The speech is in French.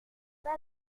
pas